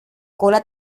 cola